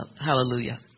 Hallelujah